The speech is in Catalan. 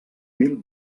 mil